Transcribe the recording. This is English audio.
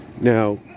Now